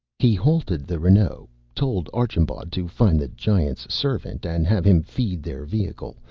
he halted the renault, told archambaud to find the giant's servant and have him feed their vehicle,